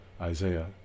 Isaiah